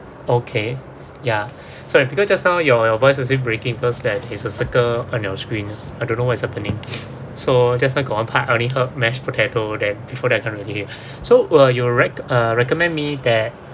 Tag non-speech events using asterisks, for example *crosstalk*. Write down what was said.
okay ya so because just now your your voices also breaking because that there is a circle on your screen I don't know what is happening *noise* so just now got one part only heard mashed potato then before that I can't really hear *breath* so uh your rec~ uh recommend me that